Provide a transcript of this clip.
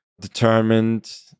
determined